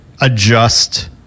adjust